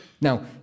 Now